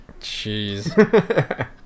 Jeez